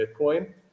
bitcoin